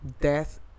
death